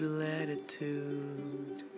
latitude